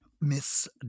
Miss